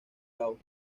cabo